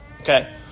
Okay